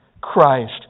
Christ